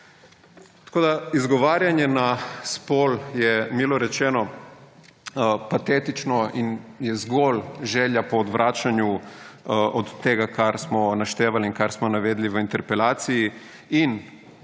stranke. Izgovarjanje na spol je, milo rečeno, patetično in je zgolj želja po odvračanju od tega, kar smo naštevali in kar smo navedli v interpelaciji. In